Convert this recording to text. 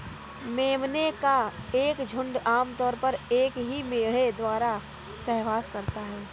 मेमने का एक झुंड आम तौर पर एक ही मेढ़े द्वारा सहवास करता है